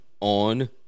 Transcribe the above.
on